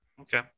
Okay